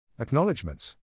Acknowledgements